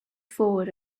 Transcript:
forward